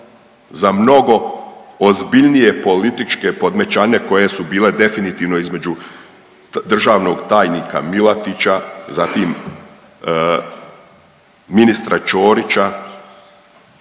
za mnogo ozbiljnije političke podmećane koje su bile definitivno između državnog tajnika Milatića, zatim ministra Čorića,